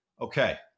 Okay